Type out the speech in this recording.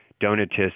Donatists